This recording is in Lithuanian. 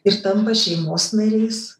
ir tampa šeimos nariais